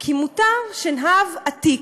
כי מותר שנהב עתיק.